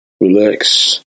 relax